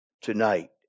Tonight